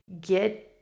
get